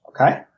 Okay